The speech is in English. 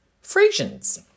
Frisians